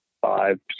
five